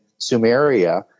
Sumeria